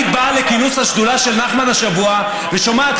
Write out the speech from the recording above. היית באה לכינוס השדולה של נחמן השבוע ושומעת,